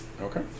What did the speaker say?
Okay